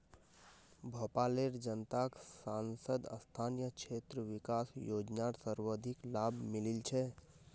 भोपालेर जनताक सांसद स्थानीय क्षेत्र विकास योजनार सर्वाधिक लाभ मिलील छ